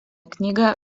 knygą